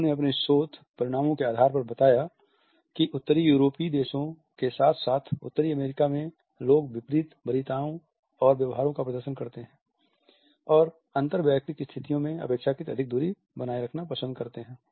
उन्होंने अपने शोध परिणामों के आधार पर बताया कि उत्तरी यूरोपीय देशों के साथ साथ उत्तरी अमेरिका में लोग विपरीत वरीयताओं और व्यवहारों का प्रदर्शन करते हैं और अंतर वैयक्तिक स्थितियों में अपेक्षाकृत अधिक दूरी बनाए रखना पसंद करते हैं